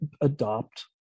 adopt